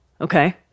Okay